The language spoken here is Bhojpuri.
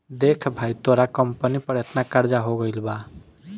देख भाई तोरा कंपनी पर एतना कर्जा हो गइल बा